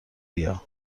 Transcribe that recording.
بیا